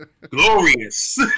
Glorious